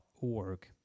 org